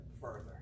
further